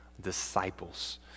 disciples